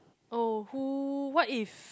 oh who what if